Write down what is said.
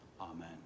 amen